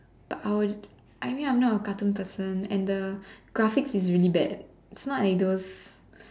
I will I mean I'm not a cartoon person and the graphics is really bad it's not like those